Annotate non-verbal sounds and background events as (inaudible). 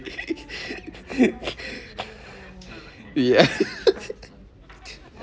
(laughs) ya (laughs)